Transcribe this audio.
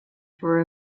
for